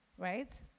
Right